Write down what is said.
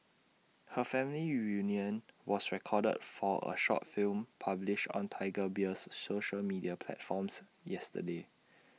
her family reunion was recorded for A short film published on Tiger Beer's social media platforms yesterday